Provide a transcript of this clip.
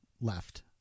left